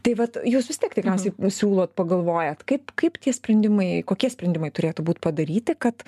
tai vat jūs vis tiek tikriausiai siūlot pagalvojat kaip kaip tie sprendimai kokie sprendimai turėtų būti padaryti kad